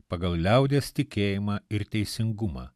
pagal liaudies tikėjimą ir teisingumą